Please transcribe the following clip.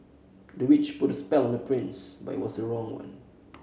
the witch put a spell on the prince but it was the wrong one